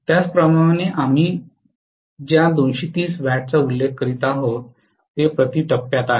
त्याचप्रमाणे आम्ही ज्या 230 वॅटचा उल्लेख करीत आहोत ते प्रति टप्प्यात आहेत